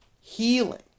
healing